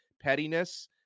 pettiness